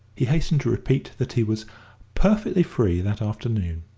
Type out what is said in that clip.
he hastened to repeat that he was perfectly free that afternoon.